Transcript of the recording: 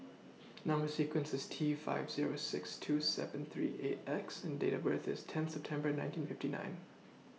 Number sequence IS T five Zero six two seven three eight X and Date of birth IS tenth September nineteen fifty nine